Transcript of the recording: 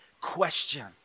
question